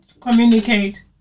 communicate